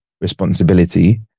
responsibility